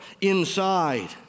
inside